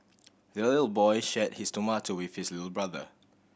the little boy shared his tomato with his little brother